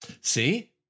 See